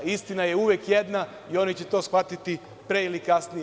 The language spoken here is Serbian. Istina je uvek jedna i oni će to shvatiti pre ili kasnije.